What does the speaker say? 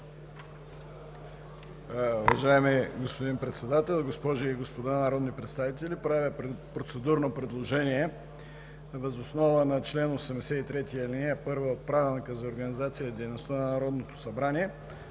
Уважаеми господин Председател, госпожи и господа народни представители, правя процедурно предложение въз основа на чл. 83, ал. 1 от Правилника за организацията